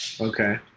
Okay